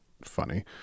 funny